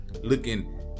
looking